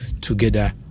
together